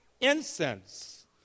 incense